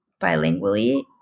bilingually